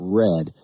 red